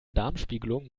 darmspiegelung